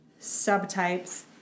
subtypes